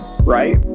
right